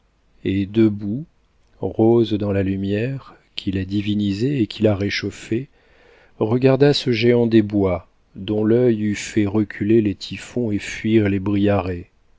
et debout rose dans la lumière qui la divinisait et qui la réchauffait regarda ce géant des bois dont l'œil eût fait reculer les typhons et fuir les briarées